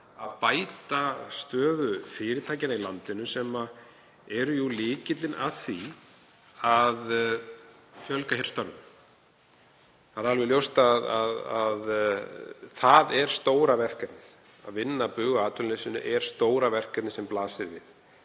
að bæta stöðu fyrirtækjanna í landinu, sem eru jú lykillinn að því að fjölga hér störfum? Það er alveg ljóst að það er stóra verkefnið. Að vinna bug á atvinnuleysinu er stóra verkefnið sem blasir við